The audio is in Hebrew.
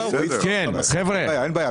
אין בעיה.